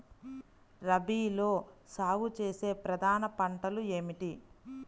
రబీలో సాగు చేసే ప్రధాన పంటలు ఏమిటి?